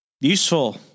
useful